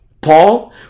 Paul